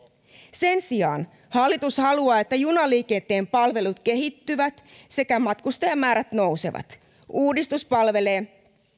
sen sijaan hallitus haluaa että junaliikenteen palvelut kehittyvät sekä matkustajamäärät nousevat uudistus palvelee